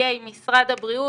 נציגי משרד הבריאות,